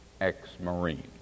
ex-Marine